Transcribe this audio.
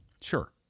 Sure